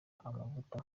amavuta